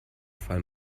fall